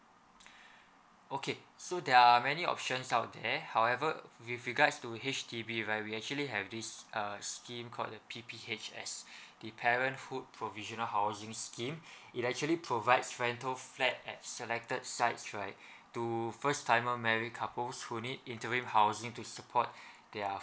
okay so there're many options out there however with regards to H_D_B right we actually have this uh scheme called the P_P_H_S the parenthood provisional housing scheme it actually provides rental flat at selected sites right to first timer married couples who need interim housing to support their